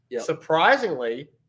Surprisingly